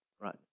Right